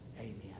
amen